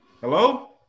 Hello